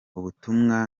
ubutumwa